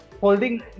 holding